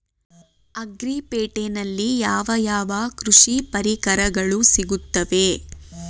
Agri ಪೇಟೆನಲ್ಲಿ ಯಾವ ಯಾವ ಕೃಷಿ ಪರಿಕರಗಳು ಸಿಗುತ್ತವೆ?